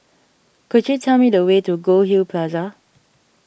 could you tell me the way to Goldhill Plaza